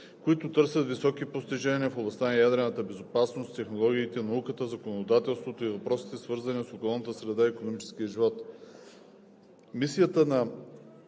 които търсят високи постижения в областта на ядрената безопасност, технологиите, науката, законодателството и въпросите, свързани с околната среда и икономическия живот.